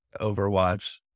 overwatch